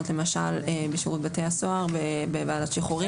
למשל בשירות בתי הסוהר בוועדת שחרורים.